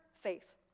faith